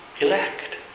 elect